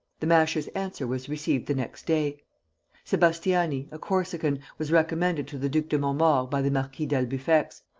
the masher's answer was received the next day sebastiani, a corsican, was recommended to the duc de montmaur by the marquis d'albufex.